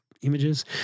images